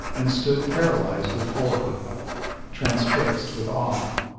and stood paralyzed with horror transfixed with awe.